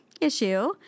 issue